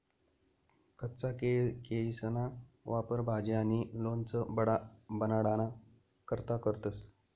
कच्चा केयीसना वापर भाजी आणि लोणचं बनाडाना करता करतंस